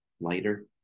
lighter